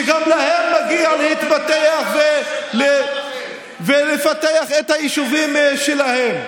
שגם להם מגיע להתפתח ולפתח את היישובים שלהם.